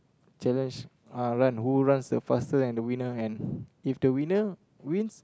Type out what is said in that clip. challenge uh run who runs the fastest and the winner and if the winner wins